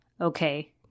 Okay